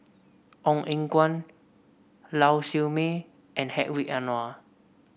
Ong Eng Guan Lau Siew Mei and Hedwig Anuar